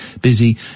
busy